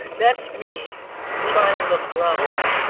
that's me trying to look grown.